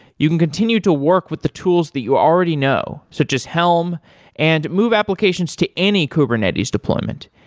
you can continue to work with the tools that you already know, so just helm and move applications to any kubernetes deployment.